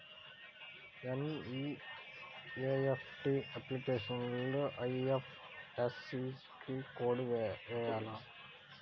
NEFT అప్లికేషన్లో IFSC code వేయాలా?